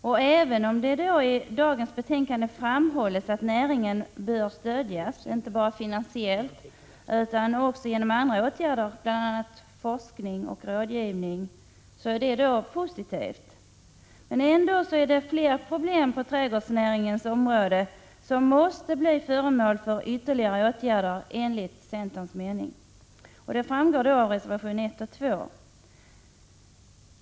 Att det i dagens betänkande framhålls att näringen bör stödjas inte bara finansiellt utan också genom andra åtgärder, bl.a. forskning och rådgivning, är positivt. Ändå är det flera problem på trädgårdsnäringens område som måste bli föremål för ytterligare ågärder enligt centerns mening. Detta framgår av reservationerna 1 och 2.